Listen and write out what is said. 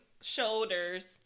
shoulders